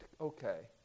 okay